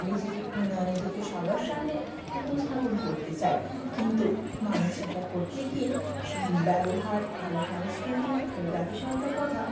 নিজেকে নিজেকে সবার সামনে উপস্থাপন করতে চায় কিন্তু মানুষ সেটা করতে গিয়ে ব্যবহার ভালো সংস্কৃতি ভালো জাতিসত্ত্বার কথা